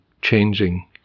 changing